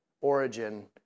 origin